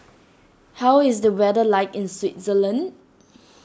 how is the weather like in Swaziland